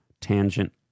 tangent